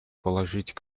положить